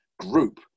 group